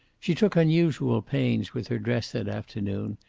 she took unusual pains with her dress that afternoon,